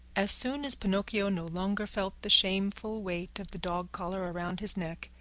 as soon as pinocchio no longer felt the shameful weight of the dog collar around his neck,